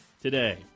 today